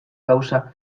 gauza